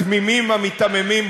התמימים והמיתממים,